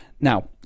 Now